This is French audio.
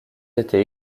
été